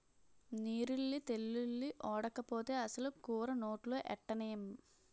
నీరుల్లి తెల్లుల్లి ఓడకపోతే అసలు కూర నోట్లో ఎట్టనేం